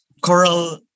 coral